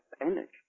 energy